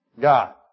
God